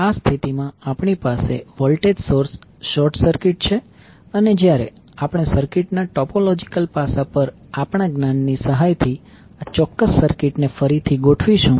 આ સ્થિતિમાં આપણી પાસે વોલ્ટેજ સોર્સ શોર્ટ સર્કિટ છે અને જ્યારે આપણે સર્કિટના ટોપોલોજીકલ પાસા પર આપણા જ્ઞાનની સહાયથી આ ચોક્કસ સર્કિટને ફરીથી ગોઠવીશું